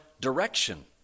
direction